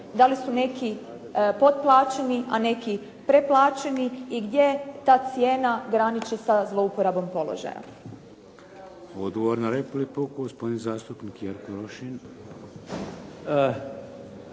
da li su neki potplaćeni, a neki preplaćeni i gdje ta cijena graniči sa zlouporabom položaja.